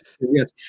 Yes